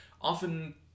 often